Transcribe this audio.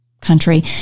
country